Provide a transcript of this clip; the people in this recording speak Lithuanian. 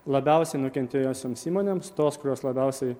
labiausiai nukentėjusioms įmonėms tos kurios labiausiai